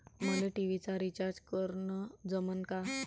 मले टी.व्ही चा रिचार्ज करन जमन का?